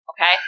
Okay